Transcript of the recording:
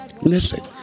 listen